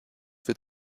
wird